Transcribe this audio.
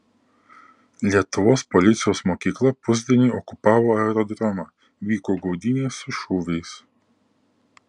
lietuvos policijos mokykla pusdieniui okupavo aerodromą vyko gaudynės su šūviais